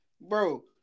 bro